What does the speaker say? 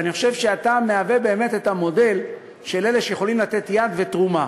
ואני חושב שאתה מהווה באמת את המודל של אלה שיכולים לתת יד ותרומה,